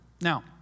Now